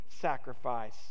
sacrifice